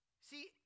See